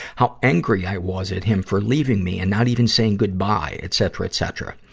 how angry i was at him for leaving me and not even saying goodbye, etc, etc.